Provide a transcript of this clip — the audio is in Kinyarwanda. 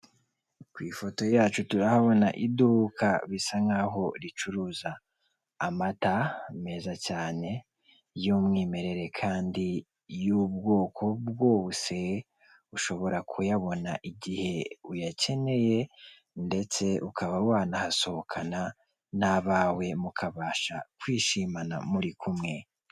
Ku ifoto yacu turahabona iduka bisa nkaho ricuruza amata meza cyane y'umwimerere kandi iy'ubwoko bwose ushobora kuyabona igihe uyakeneye, ndetse ukaba wanahasohokana n'abawe mukabasha kwishimana muri kumwe.